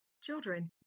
children